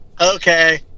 Okay